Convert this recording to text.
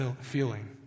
feeling